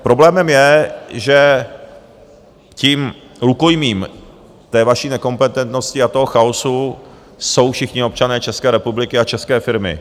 Problémem je, že tím rukojmím té vaší nekompetentnosti a toho chaosu jsou všichni občané České republiky a české firmy.